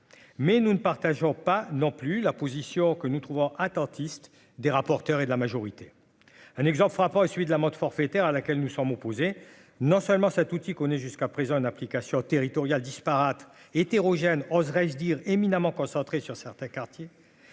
mais nous ne partageons pas non plus la position que nous trouvons attentiste des rapporteurs et de la majorité, un exemple frappant est celui de l'amende forfaitaire à laquelle nous sommes opposés, non seulement ça connaît jusqu'à présent une application territoriale disparates et hétérogènes, oserais-je dire éminemment concentré sur certains quartiers,